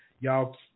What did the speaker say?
Y'all